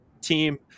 team